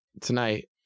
tonight